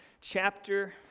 chapter